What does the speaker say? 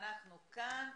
אנחנו כאן,